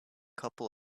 couple